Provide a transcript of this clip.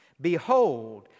behold